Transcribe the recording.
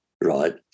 right